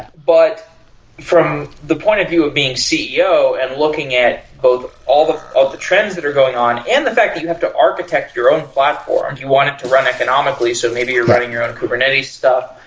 but from the point of view of being ceo and looking at both all the ah the trends that are going on and the fact that you have to architect your own platform, you want it to run economically. so maybe you're running your own kubernetes stuff.